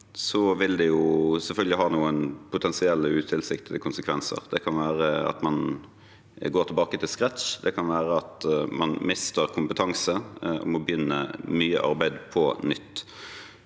vil det selvfølgelig ha noen potensielt utilsiktede konsekvenser. Det kan være at man går tilbake til scratch, og det kan være at man mister kompetanse og må begynne mye arbeid på nytt.